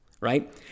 right